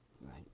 Right